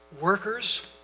workers